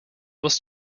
was